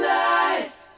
life